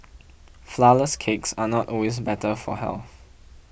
Flourless Cakes are not always better for health